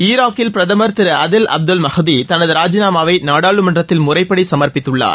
ஈராக்கில் பிரதமர் திரு அதில் அப்துல் மாஹ்டி தனது ராஜினாமாவை நாடாளுமன்றத்தில் முறைப்படி சமர்ப்பித்துள்ளார்